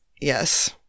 Yes